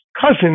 cousin